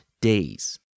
days